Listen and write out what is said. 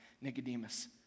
nicodemus